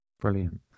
Brilliant